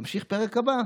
נמשיך לפרק הבא.